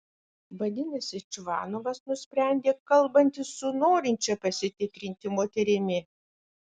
vadinasi čvanovas nusprendė kalbantis su norinčia pasitikrinti moterimi